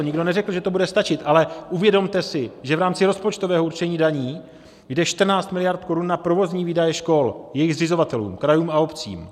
Nikdo neřekl, že to bude stačit, ale uvědomte si, že v rámci rozpočtového určení daní jde 14 miliard korun na provozní výdaje škol jejich zřizovatelům krajům a obcím.